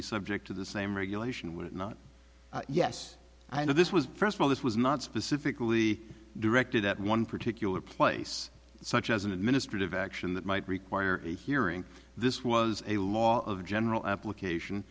be subject to the same regulation would it not yes i know this was first of all this was not specifically directed at one particular place such as an administrative action that might require a hearing this was a law of general application